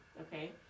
okay